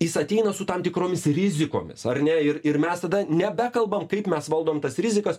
jis ateina su tam tikromis rizikomis ar ne ir ir mes tada nebekalbam kaip mes valdom tas rizikas